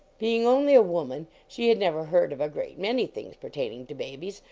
being only a woman, she had never heard of a great many things pertaining to babies,